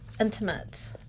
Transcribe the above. intimate